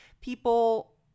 people